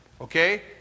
Okay